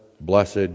blessed